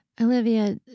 Olivia